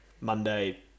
Monday